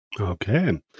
Okay